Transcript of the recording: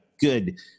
good